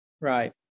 Right